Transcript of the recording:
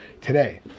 today